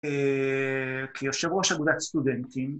‫כיושב ראש אגודת סטודנטים.